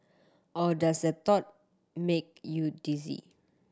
or does that thought make you dizzy